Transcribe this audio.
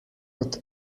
kot